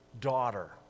daughter